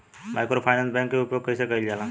Microfinance bank के उपयोग कइसे कइल जाला?